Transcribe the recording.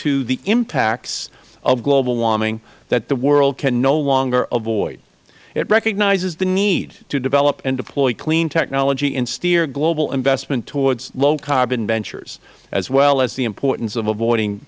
to the impacts of global warming that the world can no longer avoid it recognizes the need to develop and deploy clean technology and steer global investment toward low carbon ventures as well as the importance of avoiding